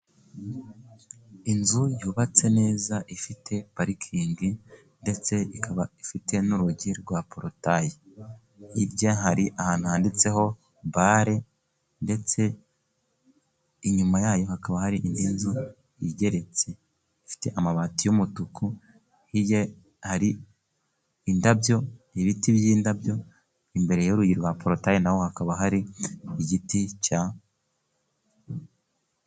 Inzu yubatse neza ifite parikingi, ndetse ikaba ifite n'urugi rwa porutaye, hirya hari ahantu handitseho bare, ndetse inyuma yayo hakaba hari indi nzu igeretse, ifite amabati y'umutuku, hirya hari indabyo, ibiti by'indabyo, imbere y'urugi rwa porutaye naho hakaba hari igiti cya ...